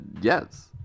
Yes